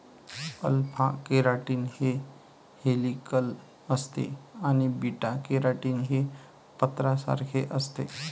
alpha keratin हे helical असते आणि बीटा केराटीन हे पत्र्यासारखे असते